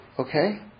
Okay